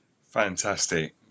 Fantastic